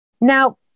Now